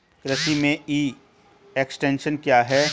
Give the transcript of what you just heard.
कृषि में e extension क्या है?